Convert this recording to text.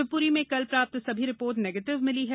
शिवपुरी में कल प्राप्त सभी रिपोर्ट निगेटिव मिली है